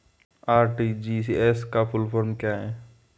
RTGS का full form क्या है?